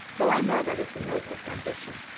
though i know that is the noblest ambition.